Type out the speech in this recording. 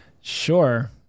Sure